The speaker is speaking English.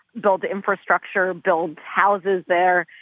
build the infrastructure, build houses there,